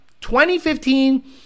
2015